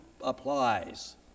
applies